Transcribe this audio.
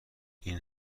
این